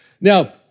Now